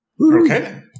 Okay